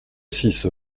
six